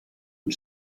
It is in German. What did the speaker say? und